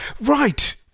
Right